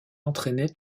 entraînait